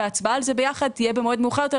וההצבעה על זה יחד תהיה במועד מאוחר יותר.